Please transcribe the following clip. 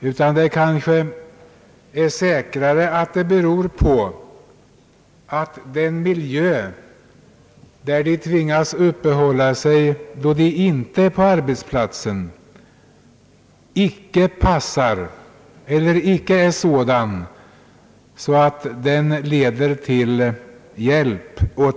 Det kan kanske snarare bero på att den miljö, där de tvingas uppehålla sig då de inte är på arbetsplatsen, inte passar eller icke är sådan att den leder till någon hjälp.